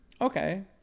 Okay